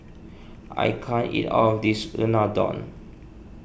I can't eat all of this Unadon